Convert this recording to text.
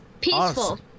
peaceful